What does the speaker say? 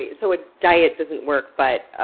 yeah so a diet doesn't work, but.